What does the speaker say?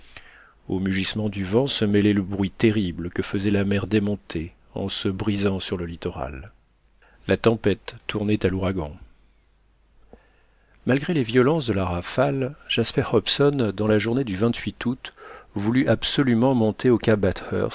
aux mugissements du vent se mêlait le bruit terrible que faisait la mer démontée en se brisant sur le littoral la tempête tournait à l'ouragan malgré les violences de la rafale jasper hobson dans la journée du août voulut absolument monter au